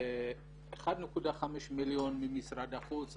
1.5 מיליון ממשרד החוץ,